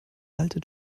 alte